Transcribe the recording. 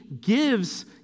gives